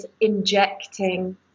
injecting